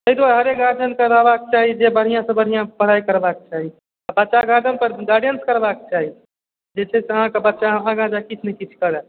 ताहि दुआरे हरेक गार्जियनके रहबाक चाही जे बढ़िआँसँ बढ़िआँ पढ़ाइ करबाक चाही बच्चा गार्जियनपर गार्जियनके गाइडेंस करबाक चाही जाहिसँ अहाँके बच्चा आगाँ जाय किछु ने किछु करय